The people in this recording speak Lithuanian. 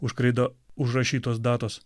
už kreida užrašytos datos